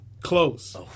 Close